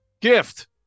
Gift